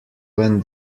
when